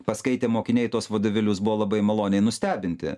paskaitę mokiniai tuos vadovėlius buvo labai maloniai nustebinti